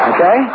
Okay